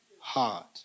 heart